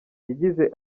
yagize